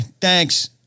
Thanks